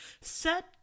Set